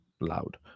loud